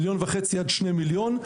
מדובר ב-1.5 מיליון שקלים עד 2 מיליון שקלים.